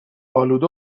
آلوده